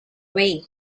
way